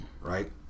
Right